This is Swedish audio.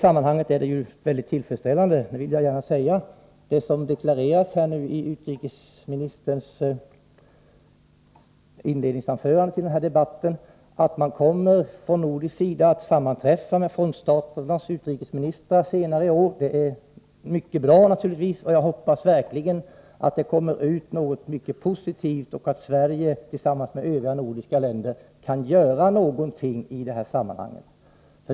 Jag vill gärna säga att det som deklareras i utrikesministerns inledningsanförande till denna debatt är mycket tillfredsställande — att man från nordisk sida kommer att sammanträffa med frontstaternas utrikesministrar senare i år. Det är naturligtvis mycket bra, och jag hoppas verkligen att det kommer ut något mycket positivt av det och att Sverige tillsammans med övriga nordiska länder kan göra något i detta sammanhang.